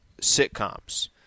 sitcoms